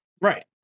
Right